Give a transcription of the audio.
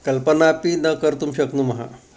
कल्पनामपि न कर्तुं शक्नुमः